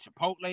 Chipotle